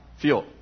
fuel